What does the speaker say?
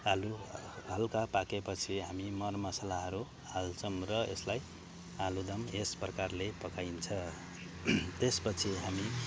आलु हल्का पाकेपछि हामी मर मसालाहरू हाल्छौँ र यसलाई आलुदम यस प्रकारले पकाइन्छ त्यसपछि हामी